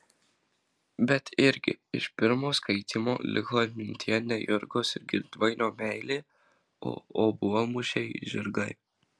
bet irgi iš pirmo skaitymo liko atmintyje ne jurgos ir girdvainio meilė o obuolmušiai žirgai